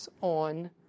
on